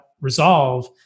resolve